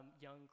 young